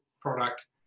product